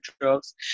drugs